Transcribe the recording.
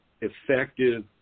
effective